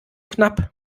knapp